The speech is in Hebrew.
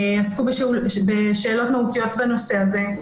עסקו בשאלות מהותיות בנושא הזה.